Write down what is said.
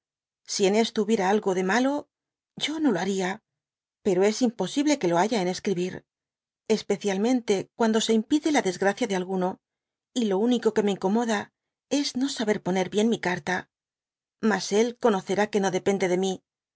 si en esto hubiera algo de malo yo no lo baria pero es imposible que lo haya en escribir especiahnentc cuando se impide la desgracia de alguno j y lo único que me mcoxnoda es no saber poner bien mi carta mas él conocerá que no depende de mi